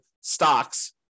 stocks